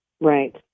right